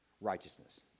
righteousness